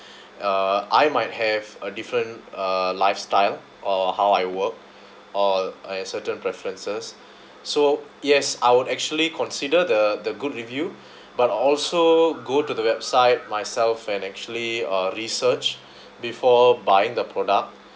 uh I might have a different uh lifestyle or how I work or a certain preferences so yes I would actually consider the the good review but also go to the website myself and actually uh research before buying the product